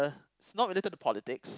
it's not related to politics